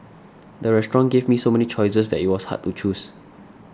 the restaurant gave me so many choices that it was hard to choose